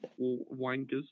wankers